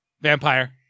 Vampire